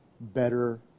better